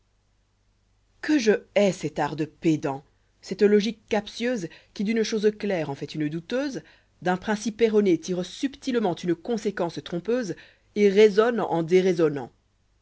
vue je hais cet art de pédant cette logique captieuse qui d'une chose claire en fait une douteuse d'un principe erroné tire subtilement une conséquence trompeuse et raisonne en déraisonnant